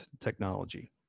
technology